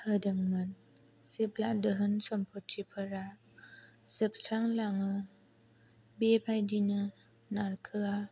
होदोंमोन जेब्ला धोन समफथिफोरा जोबस्रांलाङो बेबादिनो नारखोआ